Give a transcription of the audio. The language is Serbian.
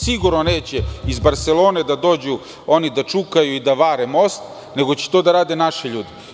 Sigurno neće iz Barselone da dođu oni da čukaju i da vare most, nego će to da rade naši ljudi.